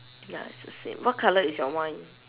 ya it's the same what colour is your wine